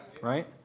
right